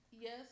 Yes